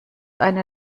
eine